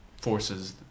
forces